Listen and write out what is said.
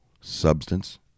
substance